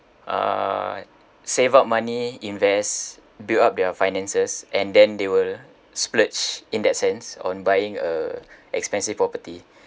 uh save up money invest build up their finances and then they will splurge in that sense on buying a expensive property